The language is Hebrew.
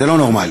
זה לא נורמלי.